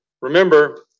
remember